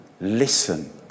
listen